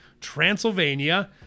Transylvania